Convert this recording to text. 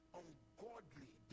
ungodly